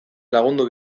lagundu